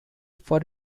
for